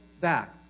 back